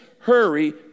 Hurry